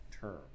term